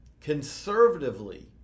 conservatively